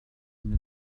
une